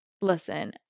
listen